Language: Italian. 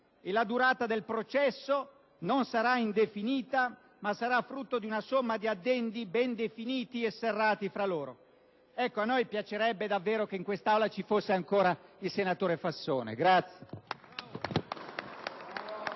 e la durata del processo non sarà indefinita, ma sarà frutto di una somma di addendi ben definiti e serrati tra loro». A noi piacerebbe davvero che in quest'Aula ci fosse ancora il senatore Fassone.